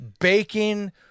bacon